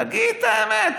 תגיד את האמת,